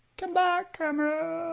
come back camera,